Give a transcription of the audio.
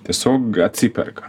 tiesiog atsiperka